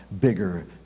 bigger